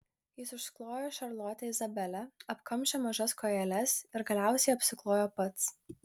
jis užklojo šarlotę izabelę apkamšė mažas kojeles ir galiausiai apsiklojo pats